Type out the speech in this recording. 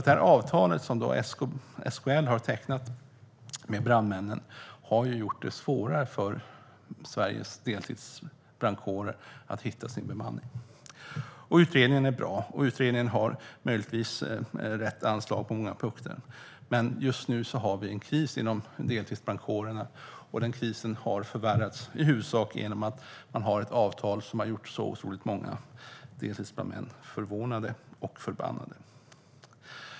Det avtal som SKL har tecknat med brandmännen har gjort det svårare för Sveriges deltidsbrandkårer att hitta sin bemanning. Utredningen är bra, och den har rätt anslag på många punkter. Men just nu är det kris inom deltidsbrandkårerna, och den krisen har förvärrats i huvudsak genom ett avtal som har gjort många deltidsbrandmän förvånade och förbannade.